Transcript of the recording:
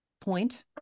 point